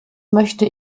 möchte